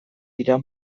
dira